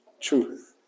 truth